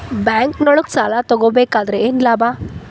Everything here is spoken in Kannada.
ಬ್ಯಾಂಕ್ನೊಳಗ್ ಸಾಲ ತಗೊಬೇಕಾದ್ರೆ ಏನ್ ಲಾಭ?